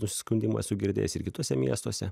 nusiskundimų esu girdėjęs ir kituose miestuose